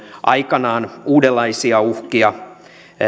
aikanaan uudenlaisia uhkia